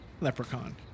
Leprechaun